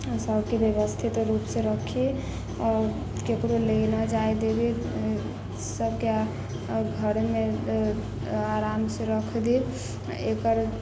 सबके व्यवस्थित रूप से रखी आओर केकरो ले ना जा देबे सकी घरे आराम से रख दी एकरा